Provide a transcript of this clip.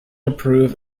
approve